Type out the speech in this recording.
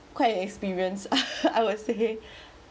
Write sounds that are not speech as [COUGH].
quite an experience [LAUGHS] I would say